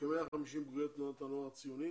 וכ-150 מבני תנועות הנוער הציוני